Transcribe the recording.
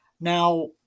now